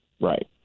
right